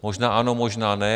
Možná ano, možná ne.